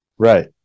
Right